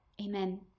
Amen